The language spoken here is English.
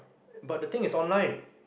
but the thing is online